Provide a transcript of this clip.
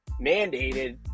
mandated